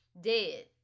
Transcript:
dead